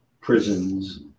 prisons